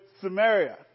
Samaria